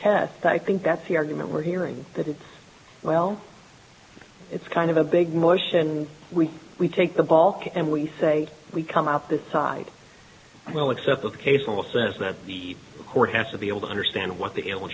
tests i think that's the argument we're hearing that it's well it's kind of a big motion we we take the ball and we say we come out this side well except the occasional says that the court has to be able to understand what the l